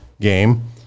game